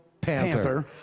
Panther